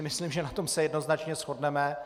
Myslím si, že na tom se jednoznačně shodneme.